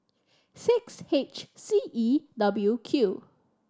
six H C E W Q